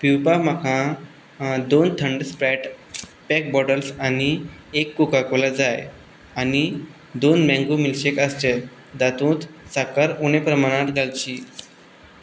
पिवपाक म्हाका दोन थंड स्प्रायट पॅट बॉटल्स आनी एक कोको कोला जाय आनी दोन मैंगो मिल्कशैक आसचे जातूंत साकर उणे प्रमाणांत घालची